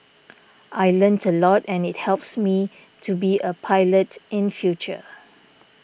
I learnt a lot and it helps me to be a pilot in future